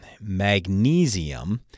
Magnesium